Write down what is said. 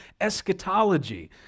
eschatology